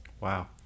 Wow